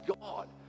God